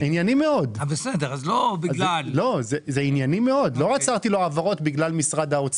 לא בגלל משהו אחר.